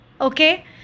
Okay